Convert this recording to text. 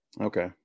Okay